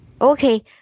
Okay